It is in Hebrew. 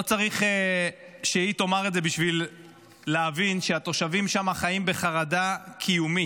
לא צריך שהיא תאמר את זה בשביל להבין שהתושבים שם חיים בחרדה קיומית.